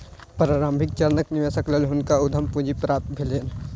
प्रारंभिक चरणक निवेशक लेल हुनका उद्यम पूंजी प्राप्त भेलैन